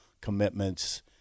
commitments